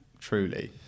truly